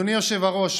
אדוני היושב-ראש,